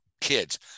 kids